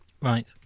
right